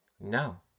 No